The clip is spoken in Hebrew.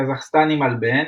קזחסטן היא מלבן,